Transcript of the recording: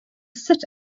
sit